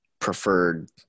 preferred